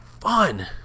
fun